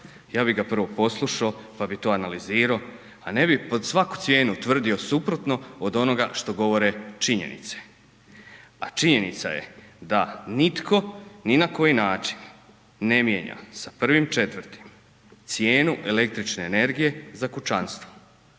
ja bi ga prvo poslušao, pa bi to analizirao, ali ne bi pod svaku cijenu tvrdio suprotno od onoga što govore činjenice. A činjenica je da nitko ni na koji način ne mijenja sa 1.4. cijenu električne energije za kućanstvo.